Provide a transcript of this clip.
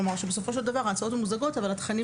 כלומר שבסופו של דבר ההצעות ממוזגות אבל התכנים